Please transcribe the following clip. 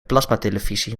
plasmatelevisie